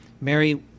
Mary